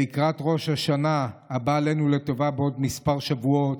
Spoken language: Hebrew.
לקראת ראש השנה הבא עלינו לטובה בעוד כמה שבועות.